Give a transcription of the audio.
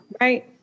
Right